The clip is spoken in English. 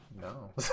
No